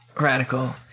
Radical